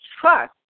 trust